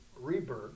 rebirth